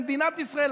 למדינת ישראל,